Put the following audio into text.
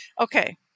Okay